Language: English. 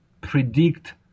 Predict